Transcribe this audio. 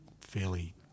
fairly